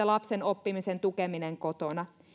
lapsen oppimisen tukeminen kotona